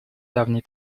давней